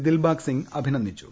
ദിൽബാഗ് സിങ് അഭിനന്ദിച്ചു